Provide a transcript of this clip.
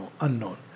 unknown